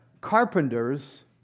carpenters